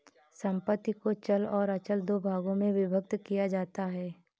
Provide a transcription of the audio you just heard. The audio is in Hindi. संपत्ति को चल और अचल दो भागों में विभक्त किया जाता है